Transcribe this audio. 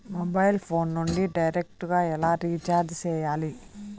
mobile phone నుండి direct గా ఎలా రీచార్జి సేయాలి